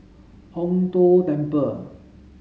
Hong Tho Temple